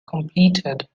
completed